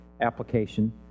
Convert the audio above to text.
application